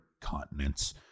continents